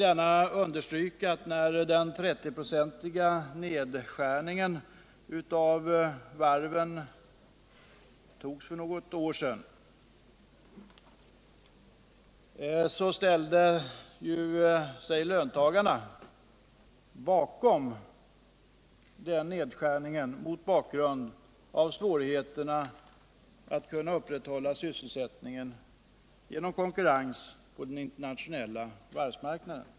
När den 30-procentiga nedskärningen av varven beslutades för något år sedan ställde sig löntagarna bakom denna mot bakgrund av svårigheterna att upprätthålla sysselsättningen genom konkurrens på den internationella varvsmarknaden.